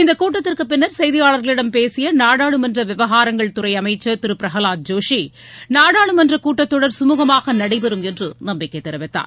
இந்தக் கூட்டத்திற்கு பின்னர் செய்தியாளர்களிடம் பேசிய நாடாளுமன்ற விவகாரங்கள் துறை அமைச்சர் திரு பிரகலாத் ஜோஷி நாடாளுமன்றக் கூட்டத் தொடர் கமுகமாக நடைபெறும் என்று நம்பிக்கைத் தெரிவித்தார்